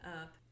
up